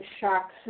shocks